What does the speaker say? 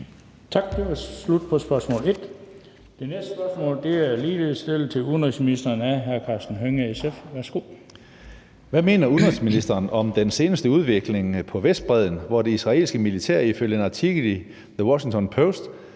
hr. Karsten Hønge, SF. Kl. 15:07 Spm. nr. S 200 2) Til udenrigsministeren af: Karsten Hønge (SF): Hvad mener udenrigsministeren om den seneste udvikling på Vestbredden, hvor det israelske militær ifølge en artikel i The Washington Post